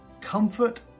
Comfort